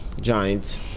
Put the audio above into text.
Giants